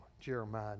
Jeremiah